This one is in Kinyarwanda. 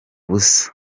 busa